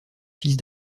fils